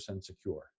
secure